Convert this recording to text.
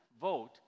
vote